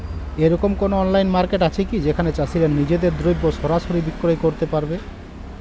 এরকম কোনো online market আছে কি যেখানে চাষীরা নিজেদের দ্রব্য সরাসরি বিক্রয় করতে পারবে?